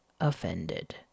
offended